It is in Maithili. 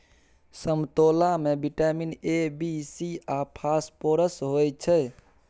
समतोला मे बिटामिन ए, बी, सी आ फास्फोरस होइ छै